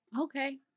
Okay